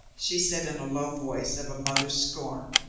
she said in a low voice of a mother's scorn,